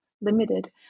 limited